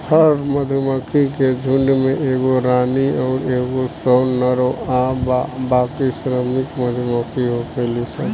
हर मधुमक्खी के झुण्ड में एगो रानी अउर कई सौ नर आ बाकी श्रमिक मधुमक्खी होखेली सन